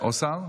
או שר?